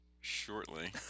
shortly